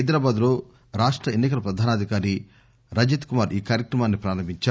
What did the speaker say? హైదరాబాద్ లో రాష్ట ఎన్ని కల ప్రధానాధికారి రజత్ కుమార్ ఈ కార్యక్రమాన్ని ప్రారంభించారు